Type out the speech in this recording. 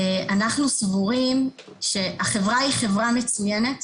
אנחנו סבורים שהחברה היא חברה מצוינת,